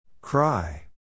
Cry